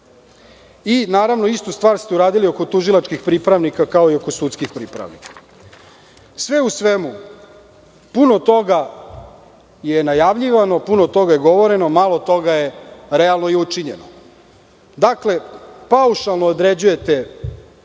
Naravno, istu stvar ste uradili oko tužilačkih pripravnika kao i oko sudskih pripravnika. Sve u svemu, puno toga je najavljivano. Puno toga je govoreno. Malo toga je realno i učinjeno. Dakle, paušalno određujete